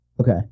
Okay